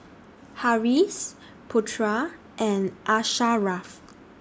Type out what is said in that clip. Harris Putra and Asharaff